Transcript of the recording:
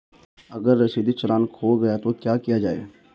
अगर रसीदी चालान खो गया तो क्या किया जाए?